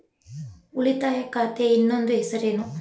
ಉಳಿತಾಯ ಖಾತೆಯ ಇನ್ನೊಂದು ಹೆಸರೇನು?